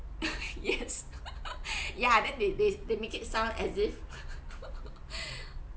yes yeah then they they they make it sounds as is